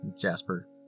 Jasper